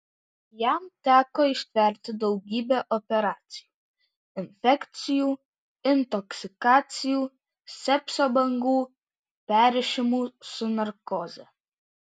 jam teko ištverti daugybę operacijų infekcijų intoksikacijų sepsio bangų perrišimų su narkoze